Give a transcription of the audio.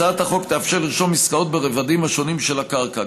הצעת החוק תאפשר לרשום עסקאות ברבדים השונים של הקרקע.